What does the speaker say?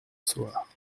soir